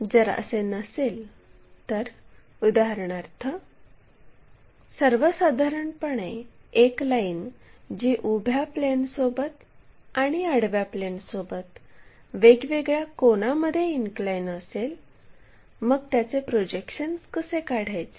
जर असे नसेल तर उदाहरणार्थ सर्वसाधारणपणे एक लाईन जी उभ्या प्लेनसोबत आणि आडव्या प्लेनसोबत वेगवेगळ्या कोनामध्ये इनक्लाइन असेल मग त्याचे प्रोजेक्शन्स कसे काढायचे